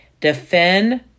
Defend